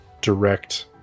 direct